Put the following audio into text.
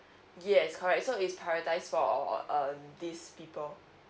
yes correct so is prioritised for um these people